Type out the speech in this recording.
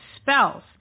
spells